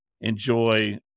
enjoy